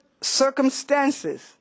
circumstances